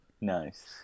Nice